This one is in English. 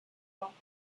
thought